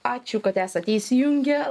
ačiū kad esate įsijungę